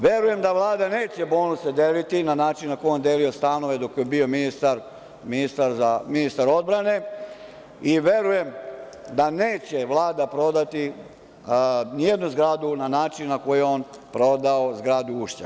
Verujem da Vlada neće bonuse deliti na način na koji je on delio stanove dok je bio ministar odbrane i verujem da neće Vlada prodati ni jednu zgradu na način na koji je on prodao zgradu Ušća.